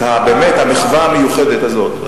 באמת את המחווה המיוחדת הזאת,